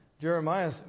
Jeremiah